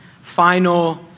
final